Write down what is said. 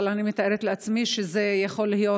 אבל אני מתארת לעצמי שזה יכול להיות